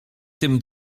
tym